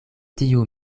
tiu